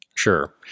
Sure